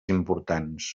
importants